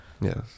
yes